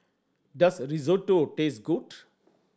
does Risotto taste good